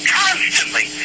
constantly